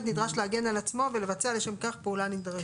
נדרש להגן על עצמו ולבצע לכם כך פעולה נדרשת.